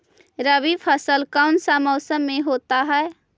रवि फसल कौन सा मौसम में होते हैं?